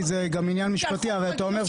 כל ה-98 זה הרי בזבוז זמן.